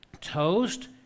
toast